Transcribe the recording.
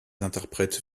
interprètes